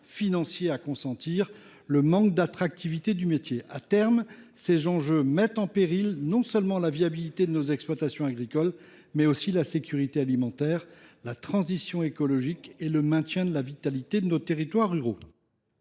financiers à consentir ou le manque d’attractivité du métier. À terme, tout cela met en péril non seulement la viabilité de nos exploitations agricoles, mais aussi la sécurité alimentaire, la transition écologique et le maintien de la vitalité de nos territoires ruraux.